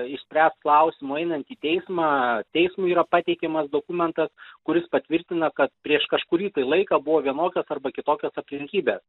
išspręst klausimo einant į teismą teismui yra pateikiamas dokumentas kuris patvirtina kad prieš kažkurį tai laiką buvo vienokios arba kitokios aplinkybės